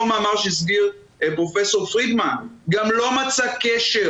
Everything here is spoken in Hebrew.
אותו מאמר שהזכיר פרופ' פרידמן גם לא מצא קשר